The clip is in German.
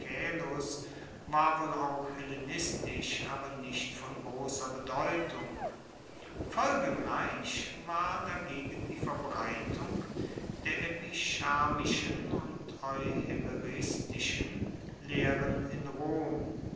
wohl auch hellenistisch aber nicht von grosser bedeutung folgenreich dagegen war die verbreitung der epicharmischen und euhemeristischen lehren in rom